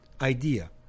idea